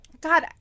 God